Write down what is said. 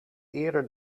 eerder